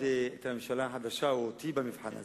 את הממשלה החדשה או אותי במבחן הזה.